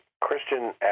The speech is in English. Christian